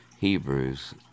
Hebrews